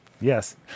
Yes